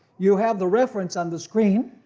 you have the reference on the screen.